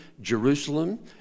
jerusalem